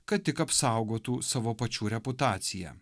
kad tik apsaugotų savo pačių reputaciją